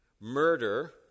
murder